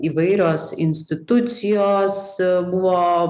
įvairios institucijos buvo